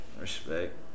Respect